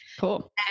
Cool